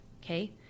Okay